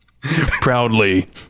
proudly